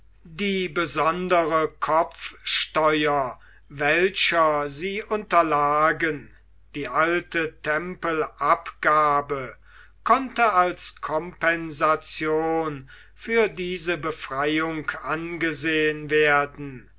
die besondere kopfsteuer welcher sie unterlagen die alte tempelabgabe konnte als kompensation für diese befreiung angesehen werden